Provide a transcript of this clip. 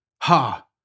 Ha